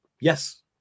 Yes